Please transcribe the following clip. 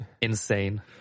insane